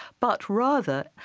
but rather,